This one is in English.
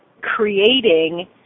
creating